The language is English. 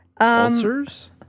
Ulcers